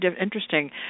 interesting